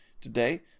Today